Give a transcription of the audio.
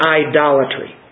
idolatry